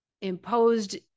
imposed